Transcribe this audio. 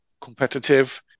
competitive